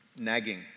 nagging